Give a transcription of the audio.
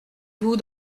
vous